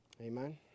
Amen